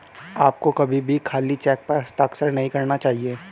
आपको कभी भी खाली चेक पर हस्ताक्षर नहीं करना चाहिए